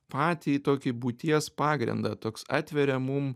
patį tokį būties pagrindą toks atveria mum